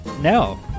No